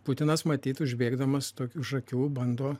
putinas matyt užbėgdamas tok už akių bando